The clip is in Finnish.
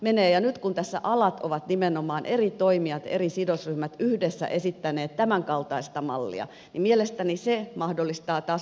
ja nyt kun tässä alat ovat nimenomaan eri toimijat eri sidosryhmät yhdessä esittäneet tämänkaltaista mallia niin mielestäni se mahdollistaa taas